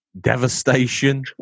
devastation